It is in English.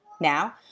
Now